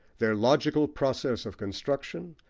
their logical process of construction,